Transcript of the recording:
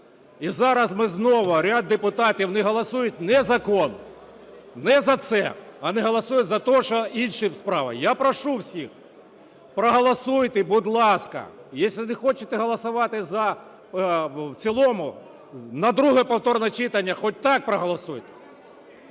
І зараз ми знову, ряд депутатів не голосують не закон, не за це, а не голосують за те, що інша справа. Я прошу всіх, проголосуйте, будь ласка. Если не хочете голосувати "за"… в цілому, на друге повторне читання, хоч так проголосуйте.